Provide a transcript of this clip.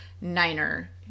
Niner